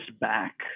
back